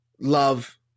love